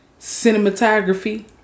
cinematography